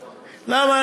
למה?